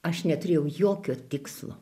aš neturėjau jokio tikslo